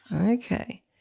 Okay